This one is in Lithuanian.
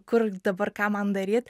kur dabar ką man daryt